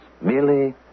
Merely